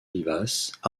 vivaces